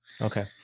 Okay